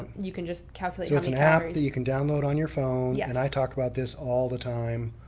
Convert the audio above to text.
um you can just calculate. so its an app that you can download on your phone. yeah and i talk about this all the time